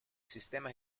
sistema